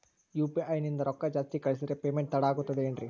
UPI ನಿಂದ ರೊಕ್ಕ ಜಾಸ್ತಿ ಕಳಿಸಿದರೆ ಪೇಮೆಂಟ್ ತಡ ಆಗುತ್ತದೆ ಎನ್ರಿ?